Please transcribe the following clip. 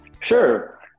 Sure